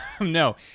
No